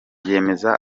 yemeza